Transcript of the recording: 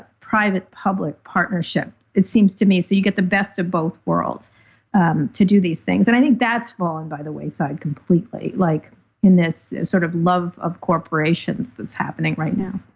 private public partnership, it seems to me. so you get the best of both worlds um to do these things. and i think that's fallen by the wayside completely, like in this sort of love of corporations that's happening right now